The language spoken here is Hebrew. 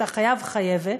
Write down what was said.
את החייב/חייבת,